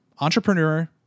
entrepreneur